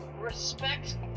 Respect